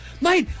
mate